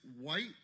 white